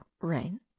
rain